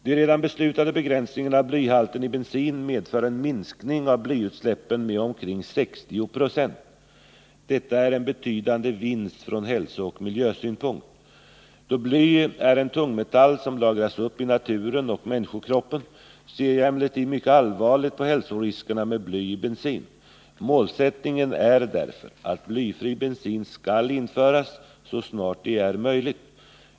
De redan beslutade begränsningarna av blyhalten i bensin medför en minskning av blyutsläppen med omkring 60 20. Detta är en betydande vinst från hälsooch miljösynpunkt. Då bly är en tungmetall som lagras upp i naturen och människokroppen ser jag emellertid mycket allvarligt på hälsoriskerna med bly i bensin. Målsättningen är därför att blyfri bensin skall Nr 131 införas så snart det är möjligt.